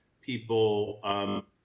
people